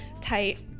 tight